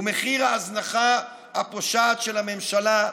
הוא מחיר ההזנחה הפושעת של הממשלה.